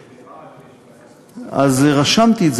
נדמה לי שברהט יש, אז רשמתי את זה.